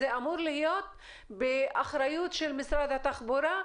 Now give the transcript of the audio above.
זה אמור להיות באחריות של משרד התחבורה.